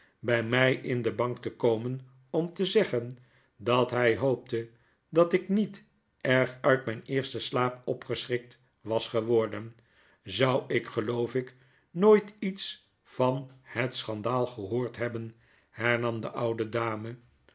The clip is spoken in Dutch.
by mij in de bank te komen om te zeggen dat hy hoopte dat ik niet erg uit myn eersten slaap opgeschrikt was geworden zou ik geloof ik nooit iets van het schandaal gehoord hebben hernam de oude dame